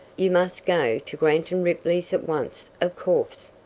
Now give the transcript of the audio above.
you must go to grant and ripley's at once, of course.